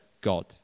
God